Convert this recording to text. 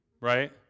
Right